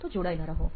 તો જોડાયેલા રહો